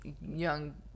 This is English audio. young